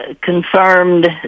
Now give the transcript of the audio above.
confirmed